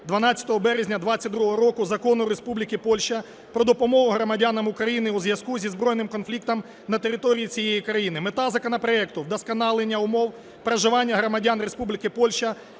12 березня 22-го року Закону Республіки Польща про допомогу громадянам України у зв'язку зі збройним конфліктом на території цієї країни. Мета законопроекту – вдосконалення умов проживання громадян Республіки Польща,